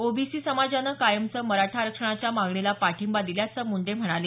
OBC समाजानं कायमचं मराठा आरक्षणाच्या मागणीला पाठिंबा दिल्याचं मुंडे म्हणाले